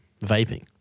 Vaping